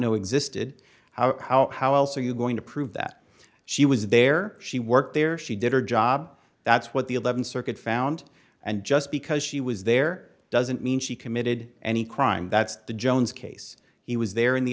know existed how how how else are you going to prove that she was there she worked there she did her job that's what the th circuit found and just because she was there doesn't mean she committed any crime that's the jones case he was there in the